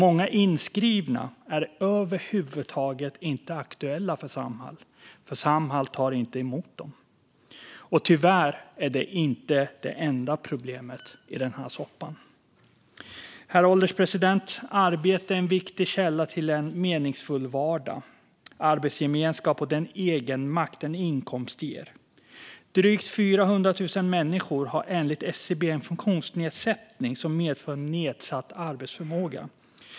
Många inskrivna är över huvud taget inte aktuella för Samhall, för Samhall tar inte emot dem. Tyvärr är det inte det enda problemet i denna soppa. Herr ålderspresident! Arbete är en viktig källa till en meningsfull vardag. Det handlar om arbetsgemenskap och den egenmakt som en inkomst ger. Drygt 400 000 människor har enligt SCB en funktionsnedsättning som medför nedsatt arbetsförmåga.